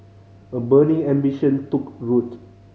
a burning ambition took root